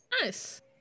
nice